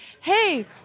hey